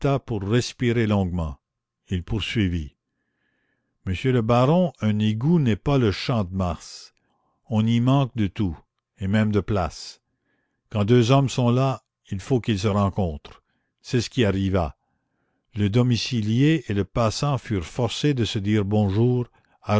pour respirer longuement il poursuivit monsieur le baron un égout n'est pas le champ de mars on y manque de tout et même de place quand deux hommes sont là il faut qu'ils se rencontrent c'est ce qui arriva le domicilié et le passant furent forcés de se dire bonjour